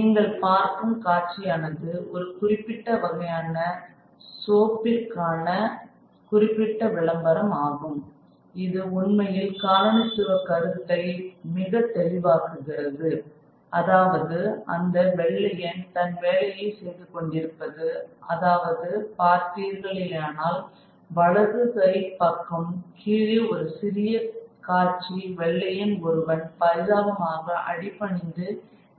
நீங்கள் பார்க்கும் காட்சியானது ஒரு குறிப்பிட்ட வகையான சோப்பிற்கான குறிப்பிட்ட விளம்பரம் ஆகும் இது உண்மையில் காலனித்துவ கருத்தை மிகத் தெளிவாக்குகிறது அதாவது அந்த வெள்ளையன் தன் வேலையை செய்துகொண்டிருப்பது அதாவது பார்த்தீர்களேயானால் வலதுகைப் பக்கம் கீழே ஒரு சிறிய காட்சி வெள்ளையன் ஒருவன் பரிதாபமாக அடிபணிந்து